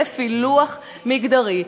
בפילוח מגדרי.